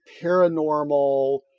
paranormal